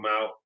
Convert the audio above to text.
out